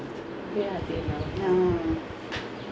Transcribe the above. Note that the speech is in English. now all gone lah all the old people long gone already